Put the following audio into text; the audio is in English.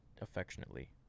affectionately